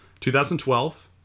2012